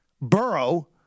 Burrow